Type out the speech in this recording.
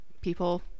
people